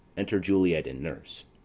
enter juliet and nurse.